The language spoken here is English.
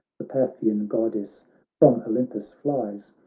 the paphian goddess from olympus flies,